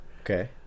okay